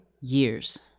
years